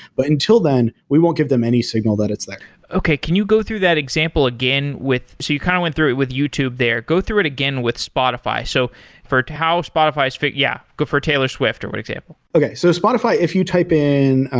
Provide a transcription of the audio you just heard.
but until then, we won't give them any signal that it's there okay. can you go through that example again with so you kind of went through it with youtube there, go through it again with spotify. so for how spotify is fit yeah, good for taylor swift or for but example okay. so spotify, if you type in,